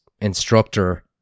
instructor